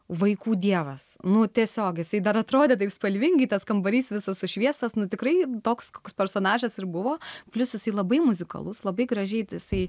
vaikų dievas nu tiesiog jisai dar atrodė taip spalvingai tas kambarys visas sušviestas nu tikrai toks koks personažas ir buvo plius jis labai muzikalus labai gražiai jisai